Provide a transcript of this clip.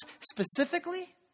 specifically